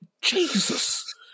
Jesus